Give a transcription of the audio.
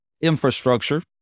infrastructure